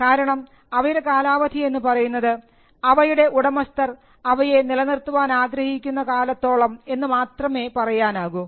കാരണം അവയുടെ കാലാവധി എന്ന് പറയുന്നത് അവരുടെ ഉടമസ്ഥർ അവയെ നിലനിർത്താൻ ആഗ്രഹിക്കുന്ന കാലത്തോളം എന്ന് മാത്രമേ പറയാനാകൂ